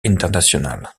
international